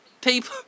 People